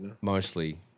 Mostly